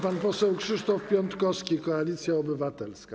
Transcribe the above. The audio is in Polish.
Pan poseł Krzysztof Piątkowski, Koalicja Obywatelska.